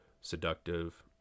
seductive